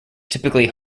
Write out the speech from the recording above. typically